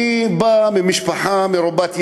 אני בא ממשפחה מרובת ילדים.